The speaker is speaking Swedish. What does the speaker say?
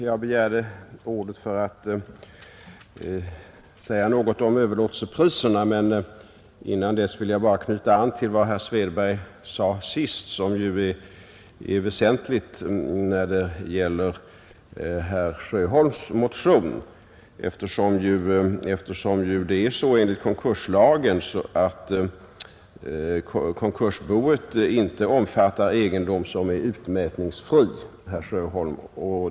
Jag begärde ordet för att säga något om överlåtelsepriserna, men innan dess vill jag bara knyta an till vad herr Svedberg sade sist och som ju är väsentligt när det gäller herr Sjöholms motion, eftersom det är så enligt konkurslagen att konkursboet inte omfattar egendom som är utmätningsfri, herr Sjöholm.